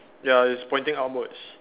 ya it's pointing upwards